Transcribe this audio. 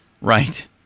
right